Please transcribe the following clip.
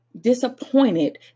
disappointed